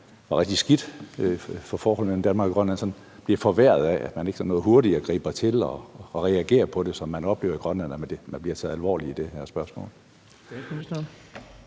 var rigtig skidt for forholdet mellem Danmark og Grønland, sådan bliver forværret af, at man ikke noget hurtigere griber til at reagere på det, så de oplever i Grønland, at de bliver taget alvorligt i det her spørgsmål?